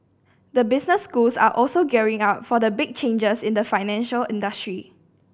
the business schools are also gearing up for the big changes in the financial industry